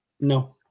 No